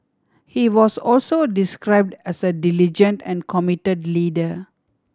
he was also described as a diligent and committed leader